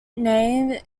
name